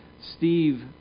Steve